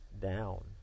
down